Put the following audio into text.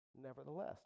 nevertheless